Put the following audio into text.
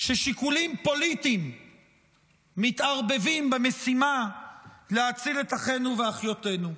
ששיקולים פוליטיים מתערבבים במשימה להציל את אחינו ואחיותינו.